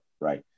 right